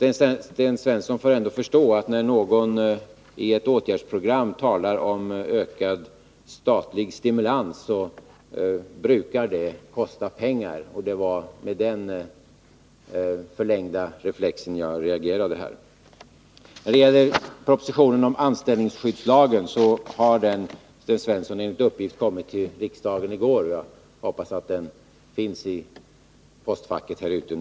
Sten Svensson får ändå förstå, att när det i ett åtgärdsprogram talas om ökad statlig stimulans så brukar det kosta pengar. Det var med den förlängda reflexen jag reagerade här. När det gäller propositionen om anställningsskyddslagen kan jag meddela Sten Svensson att den kom till riksdagen i går, enligt uppgift, och jag hoppas att den nu finns i postfacken här ute.